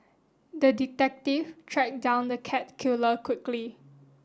the detective tracked down the cat killer quickly